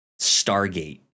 Stargate